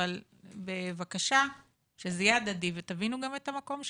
אבל בבקשה שזה יהיה הדדי ותבינו גם את המקום שלי.